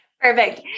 Perfect